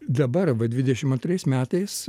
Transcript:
dabar va dvidešimt antrais metais